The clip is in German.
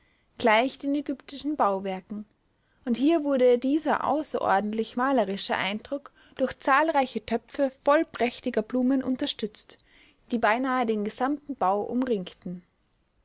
gleich den ägyptischen bauwerken und hier wurde dieser außerordentlich malerische eindruck durch zahlreiche töpfe voll prächtiger blumen unterstützt die beinahe den gesamten bau umringten